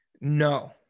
No